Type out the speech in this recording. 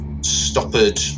stoppered